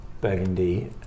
Burgundy